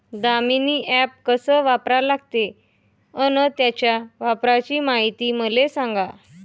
Damini app कस वापरा लागते? अन त्याच्या वापराची मायती मले सांगा